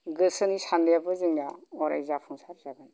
गोसोनि सान्नायाबो जोंना अराय जाफुंसार जागोन